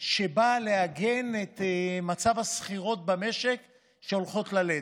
שבאה לעגן את מצב השכירות במשק שהולכות ללדת.